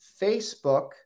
Facebook